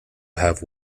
have